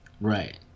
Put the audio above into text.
Right